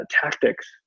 tactics